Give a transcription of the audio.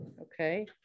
okay